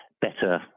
better